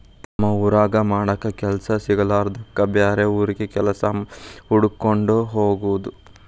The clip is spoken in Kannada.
ತಮ್ಮ ಊರಾಗ ಮಾಡಾಕ ಕೆಲಸಾ ಸಿಗಲಾರದ್ದಕ್ಕ ಬ್ಯಾರೆ ಊರಿಗೆ ಕೆಲಸಾ ಹುಡಕ್ಕೊಂಡ ಹೊಗುದು